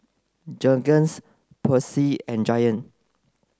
Jergens Persil and Giant